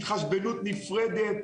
התחשבנות נפרדת,